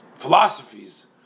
philosophies